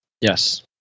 Yes